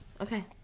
okay